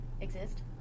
exist